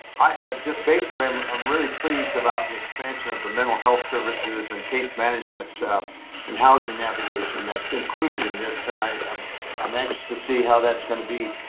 just basically, i'm ah really pleased about the expansion of the mental health services and case management and housing navigation that's included in this. and i'm i'm anxious to see how that's gonna be,